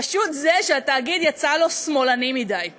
פשוט זה שהתאגיד יצא לו שמאלני מדי.